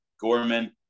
Gorman –